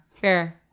Fair